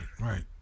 right